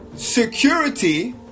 Security